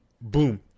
boom